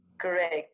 correct